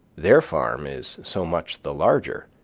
their farm is so much the larger.